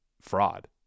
fraud